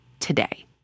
Today